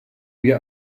wir